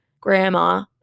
grandma